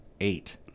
Eight